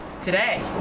today